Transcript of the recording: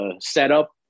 setup